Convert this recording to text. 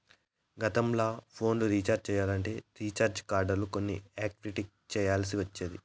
గతంల phone recharge చెయ్యాలంటే recharge కార్డులు కొని యాక్టివేట్ చెయ్యాల్ల్సి ఒచ్చేది